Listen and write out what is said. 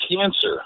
cancer